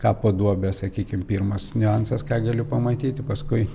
kapo duobę sakykim pirmas niuansas ką galiu pamatyti paskui